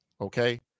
okay